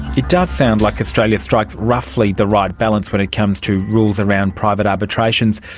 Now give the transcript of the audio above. it does sound like australia strikes roughly the right balance when it comes to rules around private arbitrations.